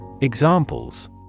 Examples